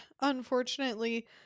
unfortunately